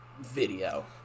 video